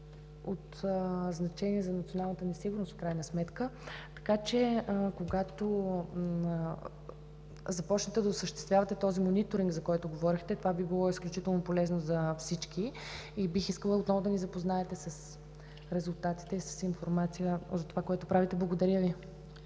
от значение за националната ни сигурност в крайна сметка. Така, че когато започнете да осъществявате този мониторинг, за който говорихте това би било изключително полезно за всички и бих искала отново да ни запознаете с резултатите и с информация за това което правите. Благодаря Ви.